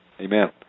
Amen